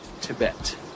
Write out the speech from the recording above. Tibet